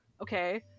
okay